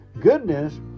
goodness